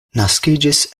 naskiĝis